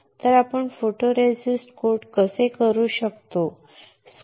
तर आपण फोटोरेसिस्टरला कसे कोट करू शकतो